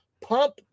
pump